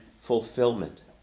fulfillment